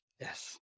Yes